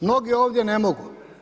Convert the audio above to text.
Mnogi ovdje ne mogu.